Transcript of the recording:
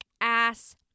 ass